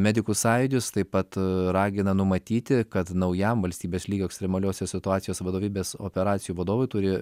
medikų sąjūdis taip pat ragina numatyti kad naujam valstybės lygio ekstremaliosios situacijos vadovybės operacijų vadovui turi